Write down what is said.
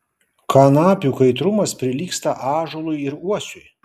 kanapių kaitrumas prilygsta ąžuolui ir uosiui